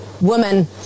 women